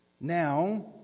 Now